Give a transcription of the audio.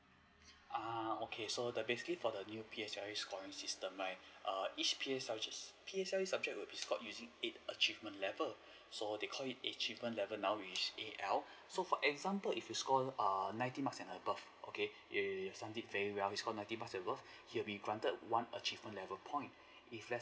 uh okay so the basically for the new P_S_L_E scoring points system right err each P_S_L_E P_S_L_E subject would be scored using eight achievement level so they call it achievement level now which is A_L so for example if your score err ninety marks and above okay your son did very well he scored ninety marks and above he will be granted one achievement level point if let's say